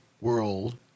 world